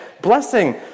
blessing